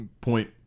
Point